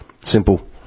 Simple